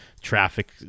traffic